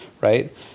right